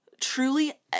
truly